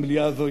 המליאה הזאת,